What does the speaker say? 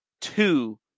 two